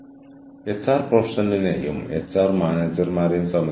കൂടാതെ അത് എച്ച്ആർ പ്രൊഫഷണലിന് മാത്രമേ സുഗമമാക്കാൻ കഴിയൂ